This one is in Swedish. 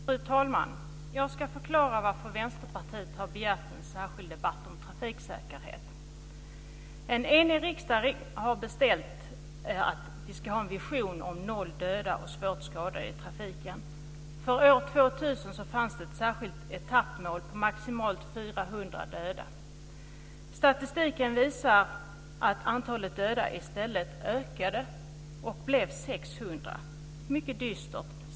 Fru talman! Jag ska förklara varför Vänsterpartiet har begärt en särskild debatt om trafiksäkerhet. En enig riksdag har bestämt att vi ska ha en vision om noll döda och svårt skadade i trafiken. För år 2000 Statistiken visar att antalet döda i stället ökade och blev 600. Det är mycket dystert.